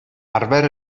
arfer